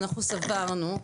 ואנחנו סברנו,